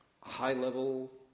high-level